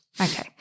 Okay